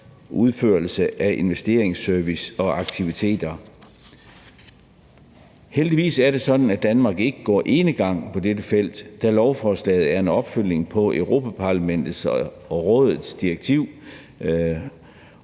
udførelse af investeringsservice og -aktiviteter. Heldigvis er det sådan, at Danmark ikke går enegang på dette felt, da lovforslaget er en opfølgning på Europa-Parlamentets og Rådets direktiv